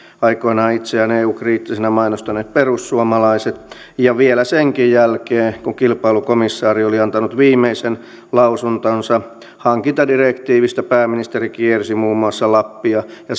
aikoinaan itseään eu kriittisenä mainostaneet perussuomalaiset ja vielä senkin jälkeen kun kilpailukomissaari oli antanut viimeisen lausuntonsa hankintadirektiivistä pääministeri kiersi muun muassa lappia ja